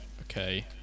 okay